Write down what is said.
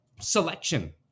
selection